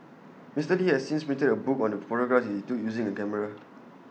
Mister li has since printed A book on the photographs he took using the camera